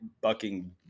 bucking